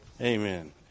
Amen